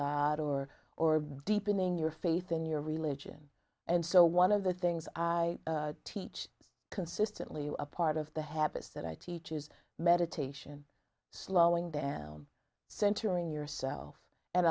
god or or deepening your faith in your religion and so one of the things i teach consistently a part of the habits that i teach is meditation slowing down centering yourself and